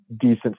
decent